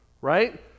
Right